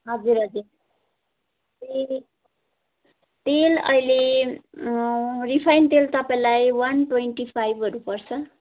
हजुर हजुर ए तेल अहिले रिफाइन तेल तपाईँलाई वान ट्वेन्टी फाइभहरू पर्छ